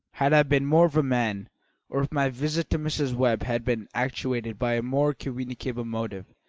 had i been more of a man, or if my visit to mrs. webb had been actuated by a more communicable motive,